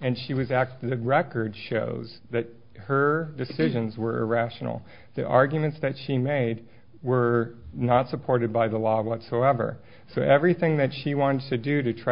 and she was acting the record shows that her decisions were rational the arguments that she made were not supported by the law of whatsoever so everything that she wants to do to try